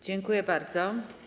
Dziękuję bardzo.